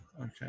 Okay